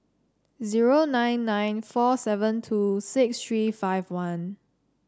zero nine nine four seven two six three five one